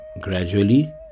Gradually